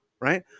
right